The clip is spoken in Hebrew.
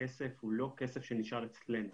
הכסף הוא לא כסף שנשאר אצלנו,